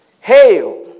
Hail